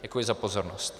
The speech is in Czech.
Děkuji za pozornost.